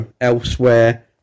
elsewhere